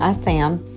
ah sam.